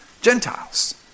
Gentiles